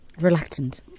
Reluctant